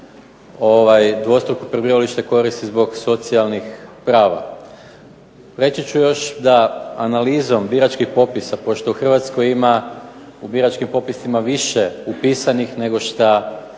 dvostruko prebivalište koristi zbog socijalnih prava. Reći ću još da analizom biračkih popisa pošto u Hrvatskoj ima u biračkim popisima više upisanih nego što